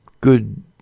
good